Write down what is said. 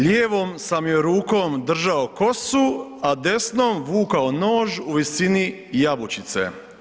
Lijevom sam joj rukom držao kosu, a desnom vukao noć u visini jabučice.